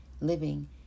living